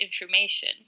information